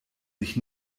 sich